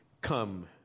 Come